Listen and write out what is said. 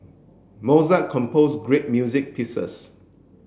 Mozart composed great music pieces